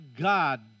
God